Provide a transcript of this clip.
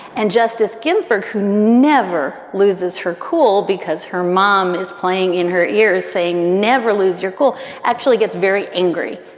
and justice ginsburg, who never loses her cool because her mom is playing in her ear saying never lose your cool actually gets very angry.